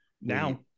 now